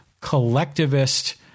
collectivist